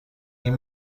این